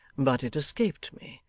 but it escaped me,